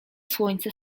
słońce